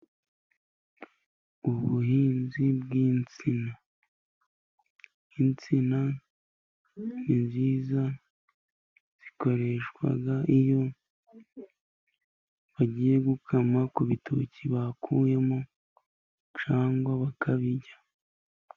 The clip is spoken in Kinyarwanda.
Ubuhinzi bw'insina. Insina ni nziza, zikoreshwa iyo bagiye gukama ku bitoki bakuyemo, cyangwa bakabirya.